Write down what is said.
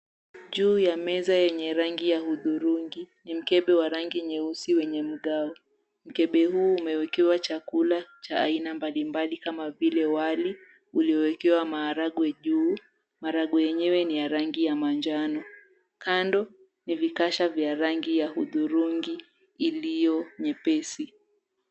Juu ya meza yenye rangi ya hudhurungi, ni mkebe wa rangi nyeusi wenye mgao. Mkebe huu umewekewa chakula cha aina mbali mbali kama vile, wali uliowekewa maharagwe juu, maragwe yenyewe ni ya rangi ya manjano. Kando ni vikasha vya rangi ya hudhurungi iliyo nyepesi.